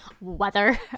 weather